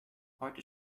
heute